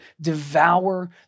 devour